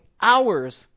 hours